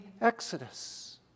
Exodus